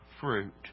fruit